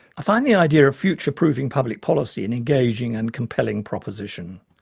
i find the idea of future proofing public policy an engaging and compelling proposition.